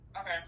Okay